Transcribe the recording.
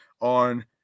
on